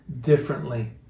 differently